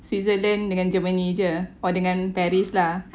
switzerland dengan germany jer oh dengan paris lah